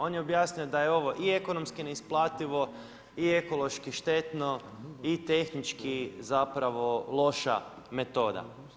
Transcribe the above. On je objasnio da je ovo i ekonomski neisplativo i ekološki štetno i tehnički zapravo loša metoda.